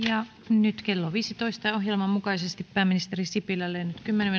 nyt kello on viisitoista ja ohjelman mukaisesti pääministeri sipilälle nyt kymmenen